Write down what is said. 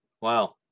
Wow